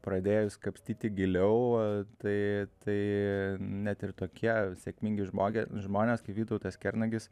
pradėjus kapstyti giliau tai tai net ir tokie sėkmingi žmogė žmonės kaip vytautas kernagis